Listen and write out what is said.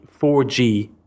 4G